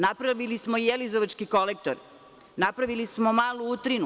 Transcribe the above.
Napravili smo jelizovački kolektor, napravili smo malu utrinu.